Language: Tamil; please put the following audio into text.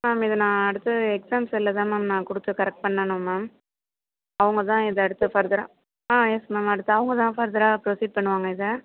மேம் இதை நான் அடுத்து எக்ஸாம் செல்ல தான் மேம் நான் கொடுத்துக் கரெக்ட் பண்ணனும் மேம் அவங்க தான் இதை எடுத்து ஃபர்தராக ஆ யெஸ் மேம் அடுத்து அவங்க தான் ஃபர்தராக ப்ரொசீட் பண்ணுவாங்க இதை